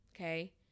okay